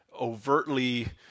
overtly